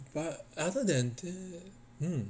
but other than that mm